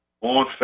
on